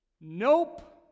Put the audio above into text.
Nope